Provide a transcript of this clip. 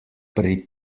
pri